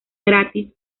gratis